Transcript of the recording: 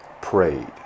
prayed